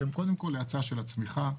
האצה של הצמיחה,